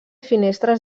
finestres